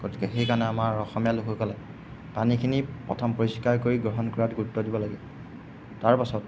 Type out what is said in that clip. গতিকে সেইকাৰণে আমাৰ অসমীয়া লোকসকলে পানীখিনি প্ৰথম পৰিষ্কাৰ কৰি গ্ৰহণ কৰাত গুৰুত্ব দিব লাগে তাৰপাছত